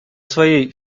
своей